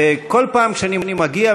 וכל פעם כשאני מגיע,